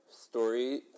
story